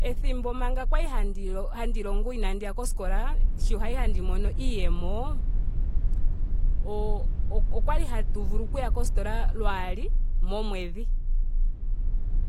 Ethimbo manga kwali handi longo inaandiya koskola. sho kwali handi mono iiyemo. o- okwali hatu vulu okuya kostola lwaali momwedhi.